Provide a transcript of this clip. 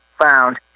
found